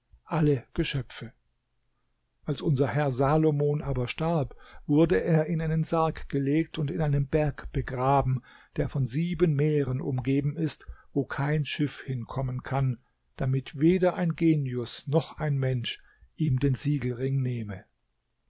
alle geschöpfe als unser herr salomon aber starb wurde er in einen sarg gelegt und in einem berg begraben der von sieben meeren umgeben ist wo kein schiff hinkommen kann damit weder ein genius noch ein mensch ihm den siegelring nehme